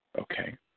Okay